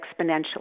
exponentially